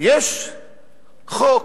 יש חוק,